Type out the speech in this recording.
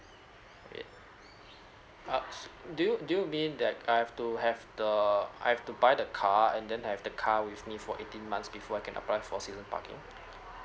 uh do you do you mean that I have to have the I have to buy the car and then I have the car with me for eighteen months before I can apply for season parking